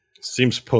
Seems